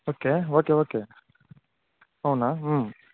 okay okay okay అవునా